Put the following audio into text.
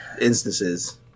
instances